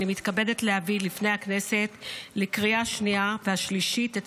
אני מתכבדת להביא לפני הכנסת לקריאה השנייה והשלישית את